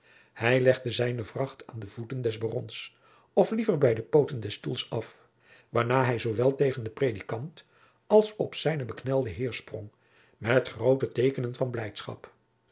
hij legde zijne vracht aan de voeten des barons of liever bij de pooten des stoels af waarna hij zoowel tegen den predikant als op zijnen beknelden heer sprong met groote teekenen van blijdschap